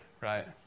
Right